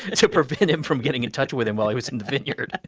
to prevent him from getting in touch with him while he was in the vineyard.